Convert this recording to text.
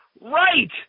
Right